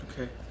Okay